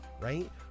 right